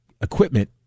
equipment